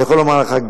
אני יכול לומר לך,